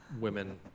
women